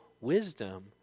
wisdom